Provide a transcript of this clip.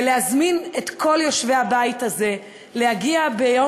להזמין את כל יושבי הבית הזה להגיע ביום